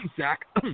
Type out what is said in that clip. Zach